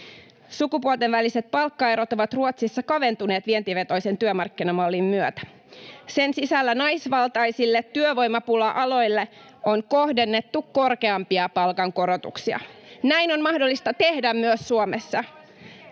Sukupuolten väliset palkkaerot ovat Ruotsissa kaventuneet vientivetoisen työmarkkinamallin myötä. Sen sisällä naisvaltaisille työvoimapula-aloille on kohdennettu korkeampia palkankorotuksia. Näin on mahdollista tehdä myös Suomessa.